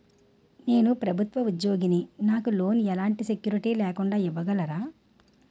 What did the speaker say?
నేను ప్రభుత్వ ఉద్యోగిని, నాకు లోన్ ఎలాంటి సెక్యూరిటీ లేకుండా ఇవ్వగలరా?